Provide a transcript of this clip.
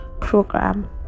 program